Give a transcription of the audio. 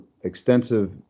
extensive